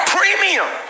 Premium